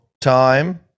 time